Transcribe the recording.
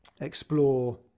explore